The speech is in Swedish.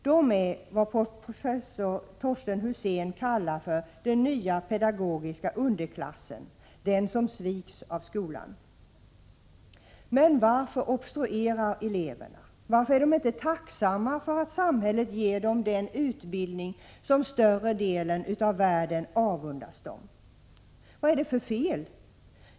De är vad professor Torsten Husén kallar för ”den nya pedagogiska underklassen”, den som sviks av skolan. Men varför obstruerar eleverna? Varför är de inte tacksamma för att samhället ger dem en utbildning som större delen av världen avundas dem? Vad är det för fel?